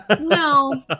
No